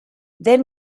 then